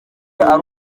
ari